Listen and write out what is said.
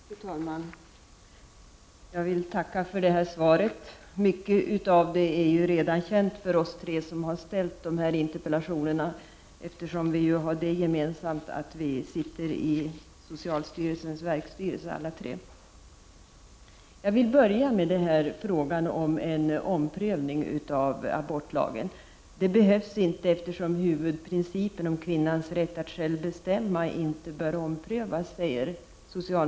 Fru talman! Jag vill tacka för detta svar. Mycket av det som sägs i svaret är redan känt för oss tre som har ställt dessa interpellationer. Vi har ju det gemensamt att vi sitter i socialstyrelsens verksstyrelse. Jag vill börja med frågan om en omprövning av abortlagen. Socialministern säger att en sådan inte behövs, eftersom huvudprincipen om kvinnans rätt att själv bestämma inte bör omprövas.